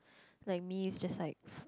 like me is just like